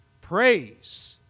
Praise